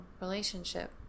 relationship